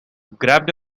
grabbed